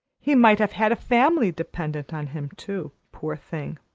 he might have had a family dependent on him too, poor thing!